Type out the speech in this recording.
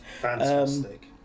Fantastic